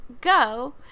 go